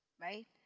right